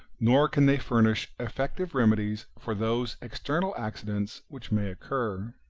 nor can they furnish effective remedies for those external accidents which may occur.